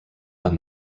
than